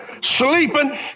sleeping